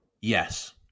yes